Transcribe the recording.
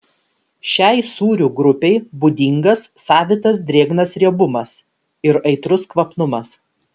šiai sūrių grupei būdingas savitas drėgnas riebumas ir aitrus kvapnumas